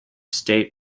state